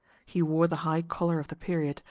he wore the high collar of the period,